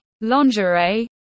lingerie